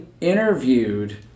interviewed